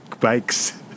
bikes